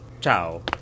ciao